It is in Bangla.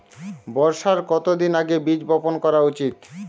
বর্ষার কতদিন আগে বীজ বপন করা উচিৎ?